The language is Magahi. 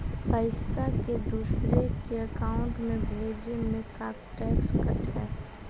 पैसा के दूसरे के अकाउंट में भेजें में का टैक्स कट है?